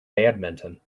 badminton